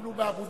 אפילו באבו-דיס.